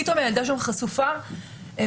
פתאום הילדה שם חשופה לגמרי.